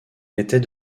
était